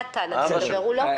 נתן לא כאן.